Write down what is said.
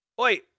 Oi